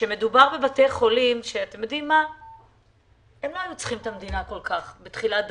שמדובר בבתי חולים שלא היו צריכים את המדינה כל כך בתחילת דרכם,